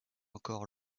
encore